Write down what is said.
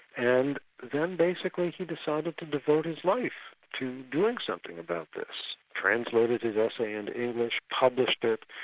and then basically he decided to devote his life to doing something about this. translated his essay into english, published it,